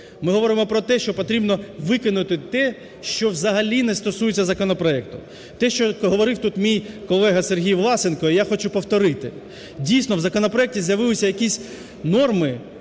Ми говоримо про те, що потрібно викинути те, що взагалі не стосується законопроекту, те, що говорив тут мій колега Сергій Власенко, я хочу повторити, дійсно в законопроекті з'явилися якісь норми,